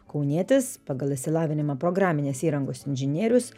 kaunietis pagal išsilavinimą programinės įrangos inžinierius